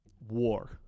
war